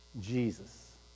Jesus